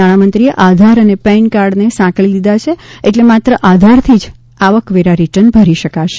નાણામંત્રીએ આધાર અને પેન કાર્ડને સાંકળી લીધાં છે એટલે માત્ર આધારથી જ આવકવેરા રીટર્ન ભરી શકાશે